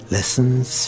Lessons